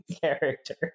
character